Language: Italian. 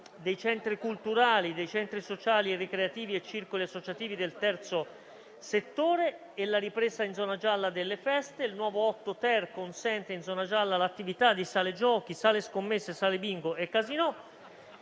dei centri culturali, dei centri sociali e ricreativi e circoli associativi del terzo settore e la ripresa, in zona gialla, delle feste. Il nuovo articolo 8-*ter* consente, in zona gialla, l'attività di sale giochi, sale scommesse, sale bingo e casinò.